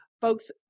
Folks